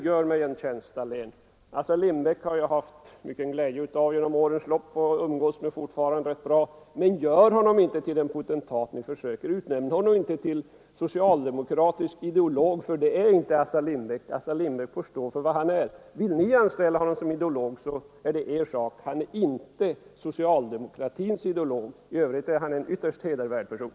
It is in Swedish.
Gör mig en tjänst, herr Dahlén: Assar Lindbeck har jag haft mycken glädje av under årens lopp och umgås fortfarande med honom rätt bra, men gör honom inte till en potentat och försök inte utnämna honom till en socialdemokratisk ideolog, för det är inte Assar Lindbeck! Assar Lindbeck får stå för vad han är. Vill ni anställa honom som ideolog så är det er sak. Han är inte socialdemokratins ideolog. I övrigt är han en ytterst hedervärd person.